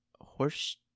horse